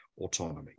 autonomy